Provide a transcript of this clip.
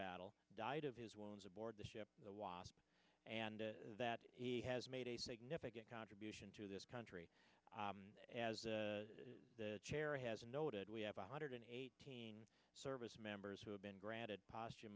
battle died of his well as aboard the ship the wasp and that he has made a significant contribution to this country as the chair has noted we have a hundred and eighteen service members who have been granted post